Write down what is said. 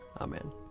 Amen